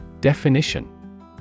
Definition